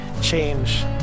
change